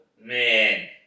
Man